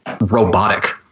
robotic